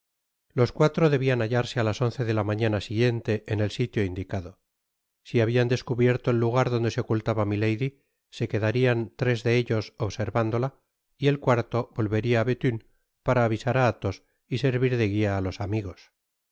los cuatro debian hallarse á las once de la mañana siguiente en el sitio indicado si habian descubierto el lugar donde se ocultaba milady se queda fian tresde ellos observ ánttola y el cuarto volvería á bethune para avisar á athos y servir de guia á tos amigos